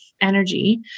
energy